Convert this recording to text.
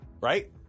right